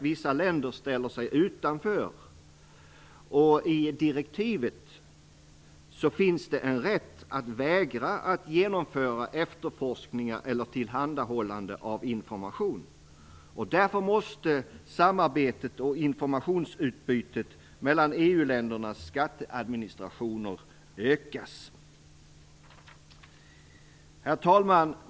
Vissa länder ställer sig faktiskt utanför, och i direktivet finns det en rätt att vägra att genomföra efterforskningar eller tillhandahålla information. Därför måste samarbetet och informationsutbytet mellan EU-ländernas skatteadministrationer ökas. Herr talman!